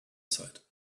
side